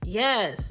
yes